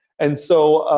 and so,